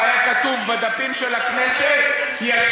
דרך אגב, היה כתוב בדפים של הכנסת, תתנצל.